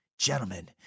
Gentlemen